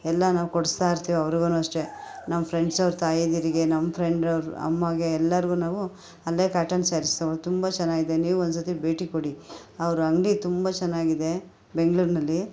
ಎಲ್ಲ ನಾವು ಕೊಡಿಸ್ತಾಯಿರ್ತಿವಿ ಅವ್ರಿಗುನೂ ಅಷ್ಟೇ ನಮ್ಮ ಫ್ರೆಂಡ್ಸವ್ರ ತಾಯಂದಿರಿಗೆ ನಮ್ಮ ಫ್ರೆಂಡು ಅಮ್ಮಗೆ ಎಲ್ಲರಿಗೂ ನಾವು ಅಲ್ಲೇ ಕಾಟನ್ ಸ್ಯಾರೀಸ್ ತೊಗೊಳ್ಳೋದು ತುಂಬ ಚೆನ್ನಾಗಿದೆ ನೀವು ಒಂದ್ಸರ್ತಿ ಭೇಟಿ ಕೊಡಿ ಅವ್ರ ಅಂಗಡಿ ತುಂಬ ಚೆನ್ನಾಗಿದೆ ಬೆಂಗ್ಳೂರಿನಲ್ಲಿ